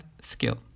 skill